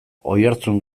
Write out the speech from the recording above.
oihartzun